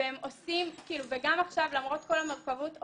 גם עכשיו למרות כל המורכבות,